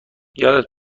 یادت